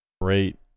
great